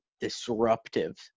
disruptive